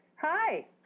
Hi